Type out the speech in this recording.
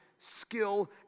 skill